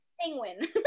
Penguin